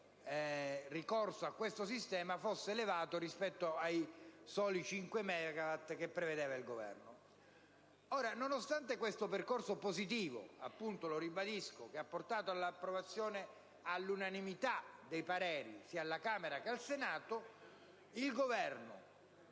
ricorso fosse elevato, rispetto ai soli cinque megawatt previsti dal Governo. Nonostante questo percorso positivo, lo ribadisco, che ha portato all'approvazione all'unanimità dei pareri, sia alla Camera che al Senato, il Governo,